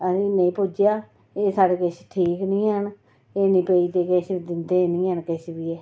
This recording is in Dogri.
असेंगी नेईं पुज्जेआ एह् सारा किश ठीक निं हैन एह् कोई दिंदे निं हैन किश बी एह्